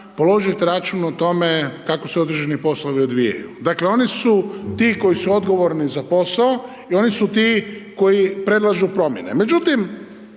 položiti račun o tome kako se određeni poslovi odvijaju. Dakle oni su ti koji su odgovorni za posao i oni su ti koji predlažu promjene.